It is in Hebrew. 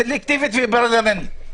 סלקטיבית ובררנית,